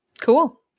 Cool